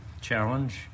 challenge